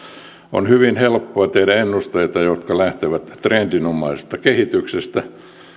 on hyvin helppoa tehdä ennusteita jotka lähtevät trendinomaisesta kehityksestä